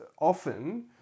often